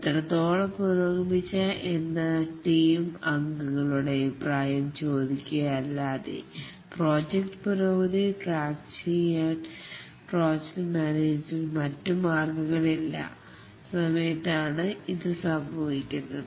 എത്രത്തോളം പുരോഗമിച്ച എന്ന ടീം അംഗങ്ങളുടെ അഭിപ്രായം ചോദിക്കുക അല്ലാതെ പ്രോജക്റ്റ് പുരോഗതി ട്രാക്ക് ചെയ്യാൻ പ്രോജക്ട് മാനേജർക്ക് മറ്റു മാർഗങ്ങളില്ലാത്ത സമയത്താണ് ഇത് സംഭവിക്കുന്നത്